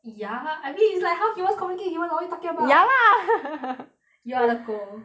ya I mean it's like how humans communicate what are you talking about ya lah you are the 狗